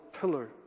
pillar